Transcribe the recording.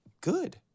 good